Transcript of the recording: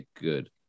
good